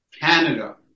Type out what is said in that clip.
Canada